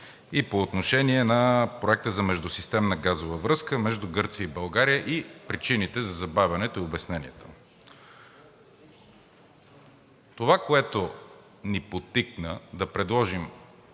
и по отношение на Проекта за Междусистемна газова връзка между Гърция и България и причините за забавянето и обясненията му. Това, което ни подтикна да предложим